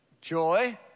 joy